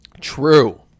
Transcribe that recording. True